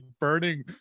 burning